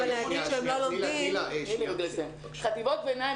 אבל להגיד שהם לא לומדים --- חטיבות ביניים